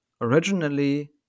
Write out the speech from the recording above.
Originally